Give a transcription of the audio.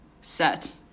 set